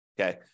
Okay